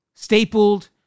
stapled